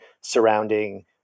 surrounding